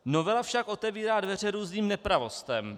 Novela však otevírá dveře různým nepravostem.